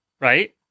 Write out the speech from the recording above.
right